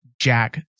Jack